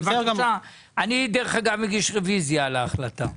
אני מגיש רביזיה על ההחלטה.